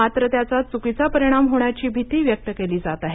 मात्र त्याचा चुंकीचा परिणाम होण्याची भीती व्यक्त केली जात आहे